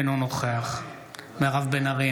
אינו נוכח מירב בן ארי,